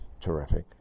terrific